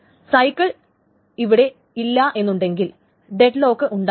cycle അവിടെ ഇല്ല എന്നുണ്ടെങ്കിൽ ഡെഡ്ലോക്ക് ഉണ്ടാകില്ല